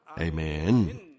Amen